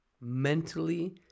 mentally